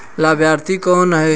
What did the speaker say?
लाभार्थी कौन है?